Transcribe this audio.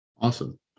Awesome